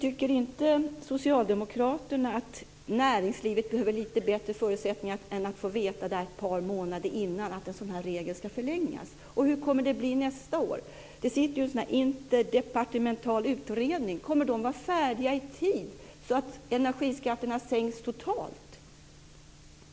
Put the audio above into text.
Tycker inte socialdemokraterna att näringslivet behöver lite bättre förutsättningar än att ett par månader innan få veta att den här regeln ska förlängas? Hur kommer det att bli nästa år? Det sitter ju en interdepartemental utredning. Kommer den att vara färdig i tid så att energiskatterna sänks totalt?